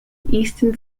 eastern